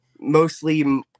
mostly